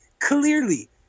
Clearly